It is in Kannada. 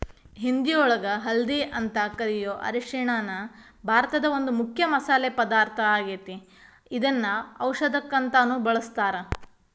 ಹಿಂದಿಯೊಳಗ ಹಲ್ದಿ ಅಂತ ಕರಿಯೋ ಅರಿಶಿನ ಭಾರತದ ಒಂದು ಮುಖ್ಯ ಮಸಾಲಿ ಪದಾರ್ಥ ಆಗೇತಿ, ಇದನ್ನ ಔಷದಕ್ಕಂತಾನು ಬಳಸ್ತಾರ